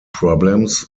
problems